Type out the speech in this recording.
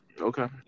Okay